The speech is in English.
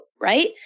right